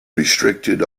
restricted